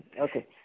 Okay